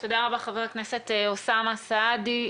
תודה רבה, חבר הכנסת אוסאמה סעדי.